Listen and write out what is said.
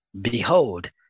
Behold